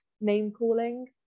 name-calling